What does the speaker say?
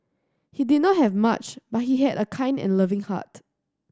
he did not have much but he had a kind and loving heart